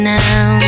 now